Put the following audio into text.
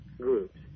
groups